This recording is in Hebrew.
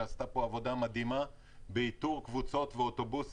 שעשתה פה עבודה מדהימה באיתור קבוצות ואוטובוסים.